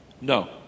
No